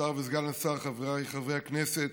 השר וסגן השר, חבריי חברי הכנסת,